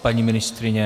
Paní ministryně?